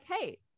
Hey